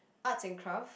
arts and craft